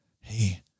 Hey